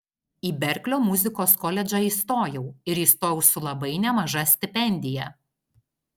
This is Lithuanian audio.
į berklio muzikos koledžą įstojau ir įstojau su labai nemaža stipendija